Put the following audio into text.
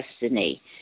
destiny